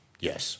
Yes